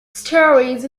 stories